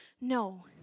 No